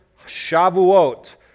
Shavuot